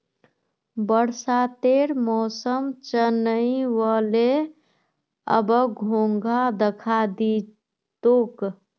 बरसातेर मौसम चनइ व ले, अब घोंघा दखा दी तोक